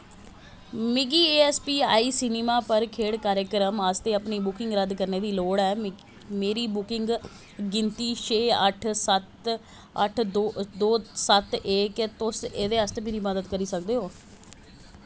मिगी S P I cinema पर खेढ़ कार्यक्रम आस्तै अपनी बुकिंग रद्द करने दी लोड़ ऐ मेरी बुकिंग संदर्भ गिनतरी छे अट्ठ सत्त अट्ठ दो सत्त ऐ क्या तुस एह्दे आस्तै मेरी मदद करी सकदे ओ